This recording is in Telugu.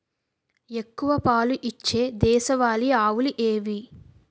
ఎక్కువ పాలు ఇచ్చే దేశవాళీ ఆవులు ఏవి?